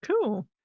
Cool